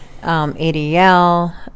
ADL